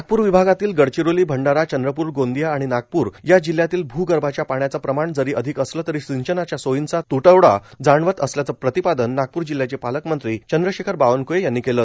नागप्र विभागातील गडचिरोली भंडारा चंद्रपूर गोंदिया आणि नागपूर या जिल्ह्यातील भ्गर्भाच्या पाण्याचं प्रमाण जरी अधिक असलं तरी सिंचनाच्या सोयींचा त्टवडा जाणवत असल्याचं प्रतिपादन नागपूर जिल्ह्याचे पालकमंत्री चंद्रशेखर बावनक्ळे यांनी केलं